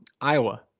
Iowa